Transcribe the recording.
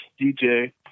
dj